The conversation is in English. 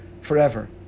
forever